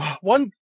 one